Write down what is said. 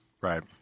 Right